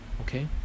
Okay